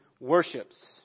worships